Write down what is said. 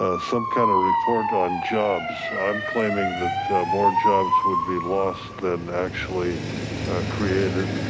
ah some kind of report on jobs, i'm claiming that more jobs would be lost than actually created.